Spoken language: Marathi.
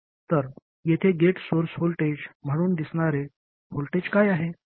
मग येथे गेट सोर्स व्होल्टेज म्हणून दिसणारे व्होल्टेज काय आहे